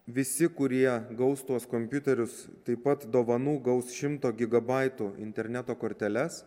visi kurie gaus tuos kompiuterius taip pat dovanų gaus šimto gigabaitų interneto korteles